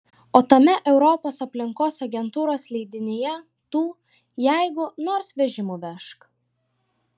o tame europos aplinkos agentūros leidinyje tų jeigu nors vežimu vežk